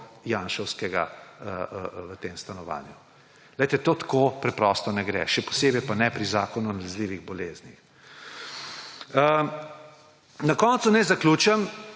protijanševskega v tem stanovanju. Glejte, to tako preprosto ne gre, še posebej pa ne pri zakonu o nalezljivih boleznih. Na koncu naj zaključim